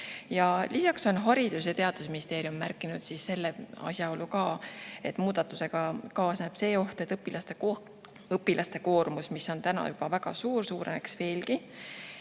Lisaks on Haridus- ja Teadusministeerium märkinud seda asjaolu, et muudatusega kaasneb oht, et õpilaste koormus, mis on juba praegu väga suur, suureneks veelgi.